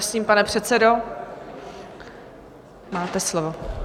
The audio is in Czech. Prosím, pane předsedo, máte slovo.